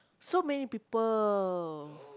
so many people